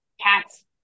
Cat's